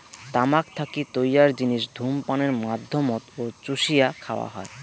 তামাক থাকি তৈয়ার জিনিস ধূমপানের মাধ্যমত ও চুষিয়া খাওয়া হয়